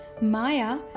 Maya